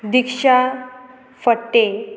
Diksha Phadte